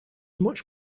much